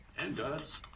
and god's.